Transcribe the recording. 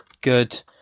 good